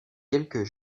quelques